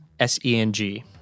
S-E-N-G